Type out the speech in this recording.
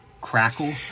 crackle